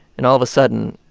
and all of a sudden,